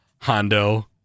Hondo